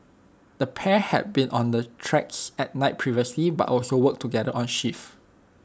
the pair had been on the tracks at night previously but also worked together on shifts